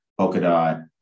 Polkadot